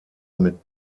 mit